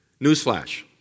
Newsflash